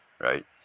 right